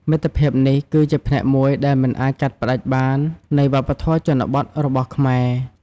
មិត្តភាពនេះគឺជាផ្នែកមួយដែលមិនអាចកាត់ផ្តាច់បាននៃវប្បធម៌ជនបទរបស់ខ្មែរ។